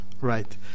Right